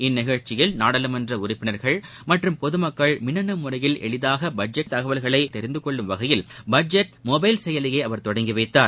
இந்நிகழ்ச்சியில் நாடாளுமன்ற உறுப்பினர்கள் மற்றும் பொது மக்கள் மின்னனு முறையில் எளிதாக பட்ஜெட் தகவல்களை அறிந்து கொள்ளும் வகையில் பட்ஜெட் மொபைல் செயலியை அவர் தொடங்கி வைத்தார்